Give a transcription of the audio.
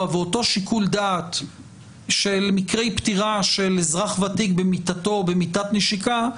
ואותו שיקול דעת של מקרי פטירה של אזרח ותיק במיטתו במיטת נשיקה,